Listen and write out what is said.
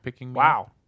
wow